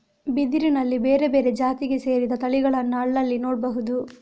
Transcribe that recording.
ಬಿದಿರಿನಲ್ಲಿ ಬೇರೆ ಬೇರೆ ಜಾತಿಗೆ ಸೇರಿದ ತಳಿಗಳನ್ನ ಅಲ್ಲಲ್ಲಿ ನೋಡ್ಬಹುದು